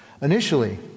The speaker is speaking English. Initially